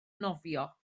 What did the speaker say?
nofio